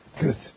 Good